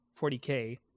40K